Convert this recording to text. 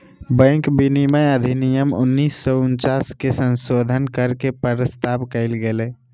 bank विनियमन अधिनियम उन्नीस सौ उनचास के संशोधित कर के के प्रस्ताव कइल गेलय